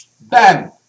Bam